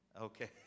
Okay